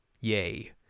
yay